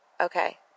Okay